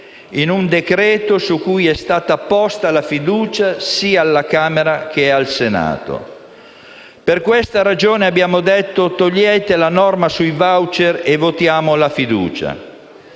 in un decreto-legge su cui è stata posta la fiducia sia alla Camera che al Senato. Per questa ragione abbiamo detto: togliete la norma sui *voucher* e votiamo la fiducia.